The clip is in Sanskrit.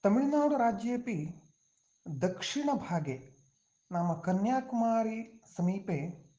तमिळुनाडु राज्येपि दक्षिणभागे नाम कन्याकुमारी समीपे